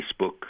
Facebook